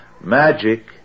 Magic